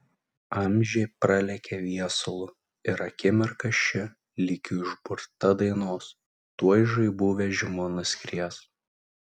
amžiai pralekia viesulu ir akimirka ši lyg užburta dainos tuoj žaibų vežimu nuskries